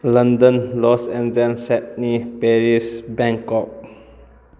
London Los Angeles Sydney Paris Bangkok